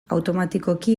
automatikoki